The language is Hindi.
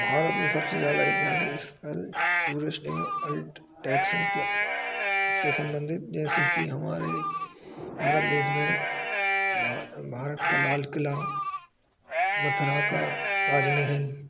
भारत में सबसे ज़्यादा इतिहासिक स्थल टूरिस्ट एवं अल्टटैक्सन क्या इससे संबंधित जैसे कि हमारे भारत देस में भारत का लाल क़िला मथुरा का ताज महल